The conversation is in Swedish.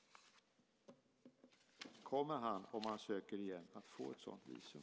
Kommer han, om han söker igen, att få ett sådant visum?